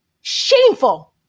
Shameful